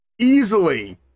Easily